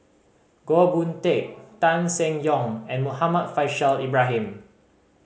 Goh Boon Teck Tan Seng Yong and Muhammad Faishal Ibrahim